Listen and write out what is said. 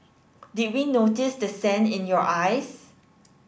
did we notice the sand in your eyes